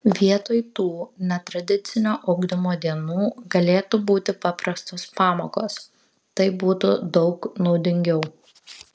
vietoj tų netradicinio ugdymo dienų galėtų būti paprastos pamokos taip būtų daug naudingiau